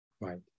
Right